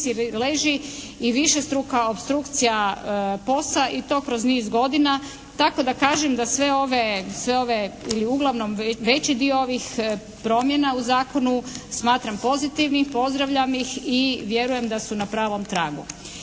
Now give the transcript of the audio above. leži i višestruka opstrukcija POS-a i to kroz niz godina, tako da kažem da sve ove ili uglavnom veći dio ovih promjena u zakonu smatram pozitivnim, pozdravljam ih i vjerujem da su na pravom tragu.